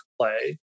play